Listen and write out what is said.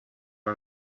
are